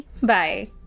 bye